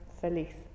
feliz